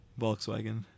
Volkswagen